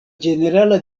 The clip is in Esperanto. ĝenerala